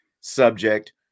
subject